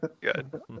Good